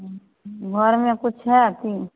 घरमे किछु छै अथी